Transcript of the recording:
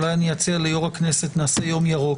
אולי אציע ליו"ר הכנסת שנעשה יום ירוק,